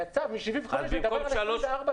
כי הצו מ-1975 מדבר על 24 שעות.